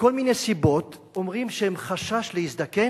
מכל מיני סיבות אומרים שהם, חשש להזדקן,